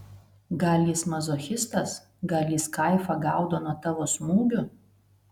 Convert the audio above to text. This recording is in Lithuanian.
gal jis mazochistas gal jis kaifą gaudo nuo tavo smūgių